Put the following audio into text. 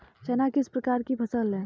चना किस प्रकार की फसल है?